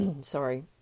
Sorry